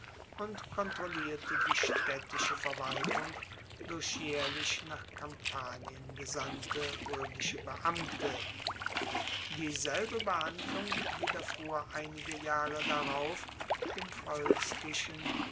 und kontrollierte die staedtische verwaltung durch jaehrlich nach kampanien gesandte roemische beamte dieselbe behandlung widerfuhr einige jahre darauf dem